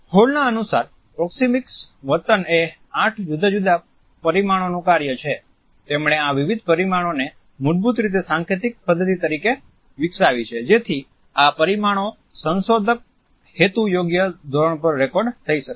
હોલના અનુસાર પ્રોક્સિમીક્સ વર્તન એ આઠ જુદા જુદા પરિમાણોનું કાર્ય છે તેમણે આ વિવિધ પરિમાણોને મૂળભૂત રીતે સાંકેતિક પદ્ધતિ તરીકે વિકસાવી છે જેથી આ પરિમાણો સંશોધન હેતુ યોગ્ય ધોરણો પર રેકોર્ડ થઈ શકે